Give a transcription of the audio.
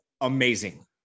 amazing